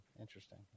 Interesting